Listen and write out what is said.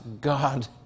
God